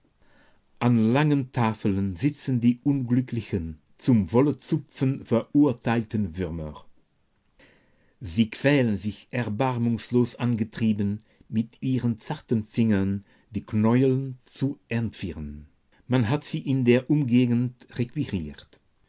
an langen tafeln sitzen die unglücklichen zum wollezupfen verurteilten würmer sie quälen sich erbarmungslos angetrieben mit ihren zarten fingern die knäuel zu entwirren man hat sie in der umgegend